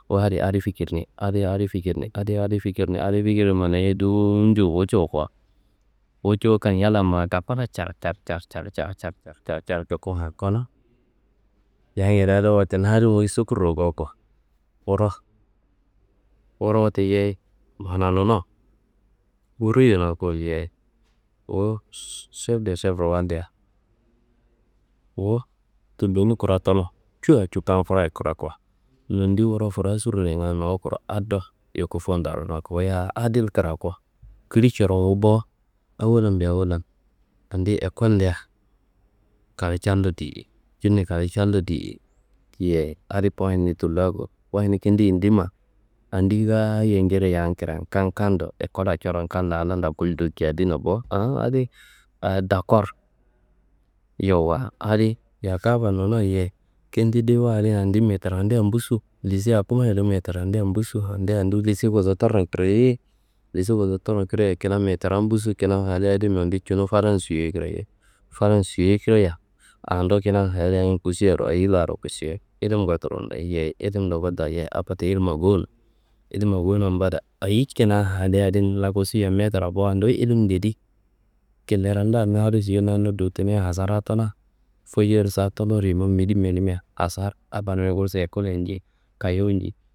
Wu adiyi adi fikirni, adiyi adi fikirni, adi fikini manayei dowo ñuno. Wu ciko, wu cukan yalla ma kafullo car car car car car coku ngangakano. Yamngede dowo na adin sokurru gowoko, wuro, wuro wote yeyi mananu no ruwuyona ko yeyi. Wu šef de šefro wallia, wu tulloni kura tunu cua, cu kam kurayi kidako nondi wuro frasurnoi ngayi nowokuro, ado yuku fuwudan daako, wuyia adin krako ngili coron wu bowo. Awollan be awollan, andiyi ekolndea kalewo callo diyei njinne kalewo callo diyei. Yeyi adi poyin tullo ko, poyin kin’yindima andi ngaayo jiri ya- n kira n kan kando ekollan coron lala ndoku jadina bo, aa adi a dakor. Yowuwa, yaka fannona, kindewuwa adi andi metrándea busu lise hakuma do lise hakumayiya metrandea busu, andi lise Gozatoriyan kiraye, lise Gozatoriyan kirayan metrándea busu. Kina haliye adin nondi cuno fadan suyiyoi kirayo fadan, fadan soyiyoi kirayan ado kina haliye adin kusuyaro, ayi larro kusuyo ilim koturon, ilindo kotana yeyi, akoti ilimma gowuno. Ilimma gowuno mbada, ayi kina haliye adi laku suyia metra bowowa nduyi ilim njedi, kideroda na adi suyo nanno dotunoia asaran tuna. Foyiyoro sa tulur yumu midi menimia asar abanuyi gursu ekolle nji, kayuwu nji.